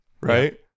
Right